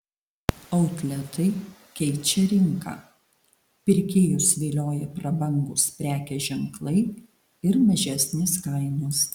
outletai keičia rinką pirkėjus vilioja prabangūs prekės ženklai ir mažesnės kainos